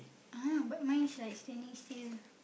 ah but mine is like standing still